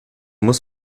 muss